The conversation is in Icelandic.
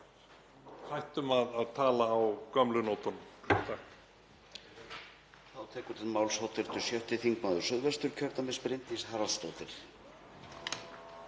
og hættum að tala á gömlu nótunum.